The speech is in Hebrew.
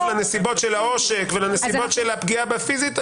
לנסיבות של העושק ולנסיבות של הפגיעה הפיזית,